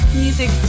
music